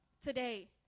today